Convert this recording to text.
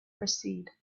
proceed